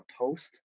post